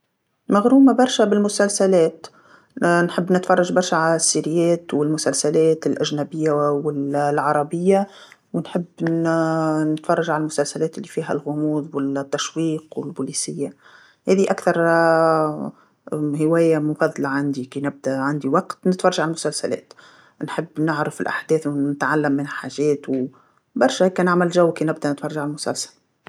مغرومه برشا بالمسلسلات، نحب نتفرجا برشا على الأقراص المضغوطه والمسلسلات الأجنبيه و-والعربيه ونحب ن- نتفرج على المسلسلات اللي فيها الغموض والتشويق والبوليسيه، هاذي اكثر هوايه مفضله عندي كي نبدا عندي وقت نتفرج على المسلسلات، نحب نعرف الأحداث ونتعلم الحاجات وبرشا هكا نعمل جو كي نبدا نتفرج على المسلسل.